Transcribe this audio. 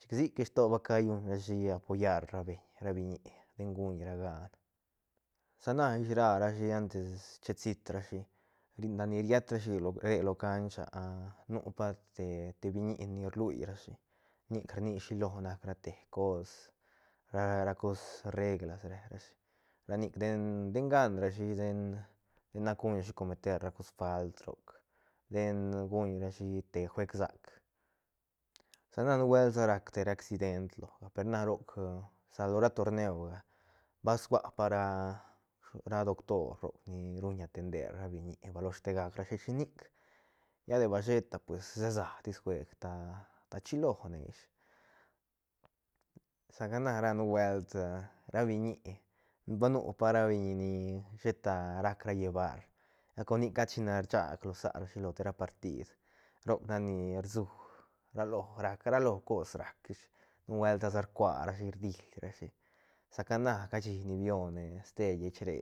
Chic sic ish to bacalluñ ra shi apoyar ra beñ ra biñi den guñra gaan sana ish rarashi antes chisit rashi ri- lat ni ried rashi lo re lo canch nu pate te biñi ni rlú rashi nic rni shilo nac rate cos ra ra cos reglas re rashi ranic den den ganrashi sén ten nac guñrashi cometer ra cos falt roc den guñrashi te guej sac sana nubuelt sa rac te ra accident loga per na roc sa lo ra torneuga ba sua pa ra doctor roc ni ruñ atender ra biñi baloshte gac rashi shinic lla de ba sheta pues sesatis guej ta chilone ish saca na ra nubuelt ra biñi va nu pa ra biñi ni sheta rac ra llevar galcor nic cat china rchag lo sarashi lo te ra partid roc nac ni rsu ra lo rac ra lo cos rac ish nubuelt ta sa rcuarashi rdilrashi saca na cashi ni bione ste lleich re